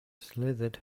slithered